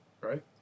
right